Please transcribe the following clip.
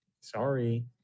sorry